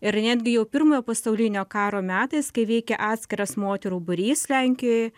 ir netgi jau pirmojo pasaulinio karo metais kai veikė atskiras moterų būrys lenkijoj